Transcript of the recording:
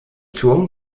turm